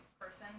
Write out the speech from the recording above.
person